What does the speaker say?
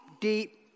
deep